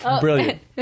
Brilliant